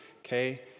okay